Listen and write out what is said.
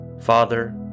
Father